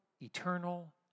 eternal